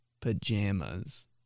Pajamas